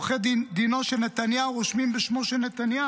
כי את זה רושמים עורכי דינו של נתניהו בשמו של נתניהו.